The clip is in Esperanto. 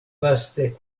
vaste